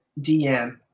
DM